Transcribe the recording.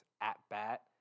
at-bat